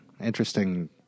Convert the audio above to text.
interesting